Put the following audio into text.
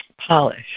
polish